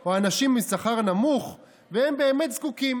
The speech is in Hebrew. או אנשים עם שכר נמוך והם באמת זקוקים,